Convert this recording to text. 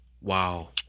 Wow